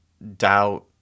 Doubt